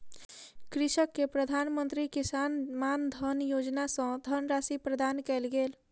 कृषक के प्रधान मंत्री किसान मानधन योजना सॅ धनराशि प्रदान कयल गेल